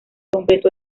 completó